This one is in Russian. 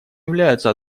являются